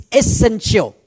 essential